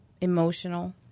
emotional